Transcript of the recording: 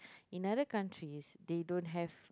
in other countries they don't have